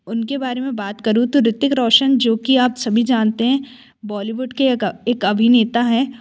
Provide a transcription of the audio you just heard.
उनके बारे में बात करूँ तो रितिक रौशन जो कि आप सभी जानते हैं बॉलीवुड के एक एक अभिनेता हैं